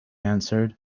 answered